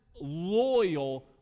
loyal